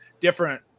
different